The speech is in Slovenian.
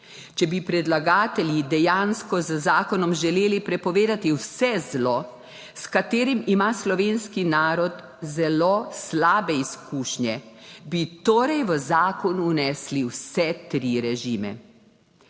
Če bi predlagatelji dejansko z zakonom želeli prepovedati vse zlo. S katerim ima slovenski narod zelo slabe izkušnje bi torej v zakon vnesli vse tri režime.